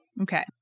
Okay